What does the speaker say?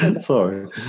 Sorry